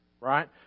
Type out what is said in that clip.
right